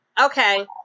Okay